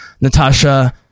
Natasha